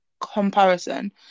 comparison